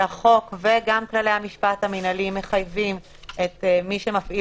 שהחוק וגם כללי המשפט המנהליים מחייבים את מי שמפעיל